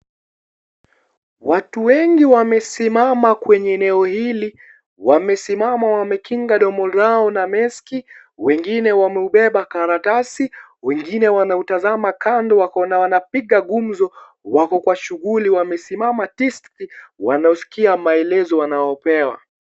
Watu wengi wamesimama kwenye eneo hili wamesimama wamekinga domo lao na meski. Wengine wameubeba karatasi, wengine wanautazama kando wako na wanapiga gumzo, wako kwa shughuli, wamesimama tisti wanausikia maelezo wanayopewa.